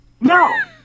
No